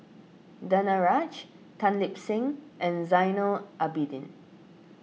Danaraj Tan Lip Seng and Zainal Abidin